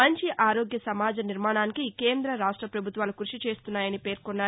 మంచి ఆరోగ్య సమాజ నిర్మాణానికి కేంద్ర రాష్ట పభుత్వాలు కృషి చేస్తున్నాయన్నారు